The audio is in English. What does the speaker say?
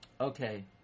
okay